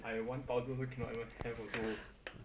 I one thousand also cannot even have also